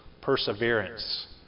perseverance